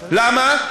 למה?